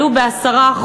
עלו ב-10%.